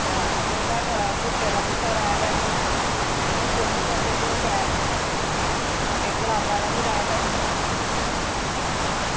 आ बेह्ड़े गुट्टे दा बूह्टा राहे दा ऐ जो उस्सी फुल्ल पौंदे जो शैल ते गलाबा दा बी राहे दा जो